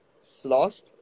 sloshed